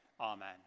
Amen